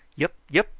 yup, yup!